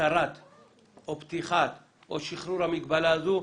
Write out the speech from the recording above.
התרת או פתיחת או שחרור המגבלה הזו.